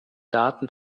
daten